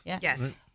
Yes